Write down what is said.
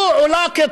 (אומר בערבית: